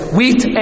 Wheat